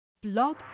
blog